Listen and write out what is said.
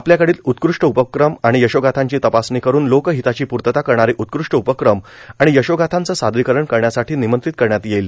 आपल्याकडील उत्कृष्ट उपक्रम आणि यशोगांथांची तपासणी करुन लोकहिताची पूर्तता करणारे उत्कृष्ट उपक्रम आणि यशोगाथांचे सादरीकरण करण्यासाठी निमंत्रित करण्यात येईल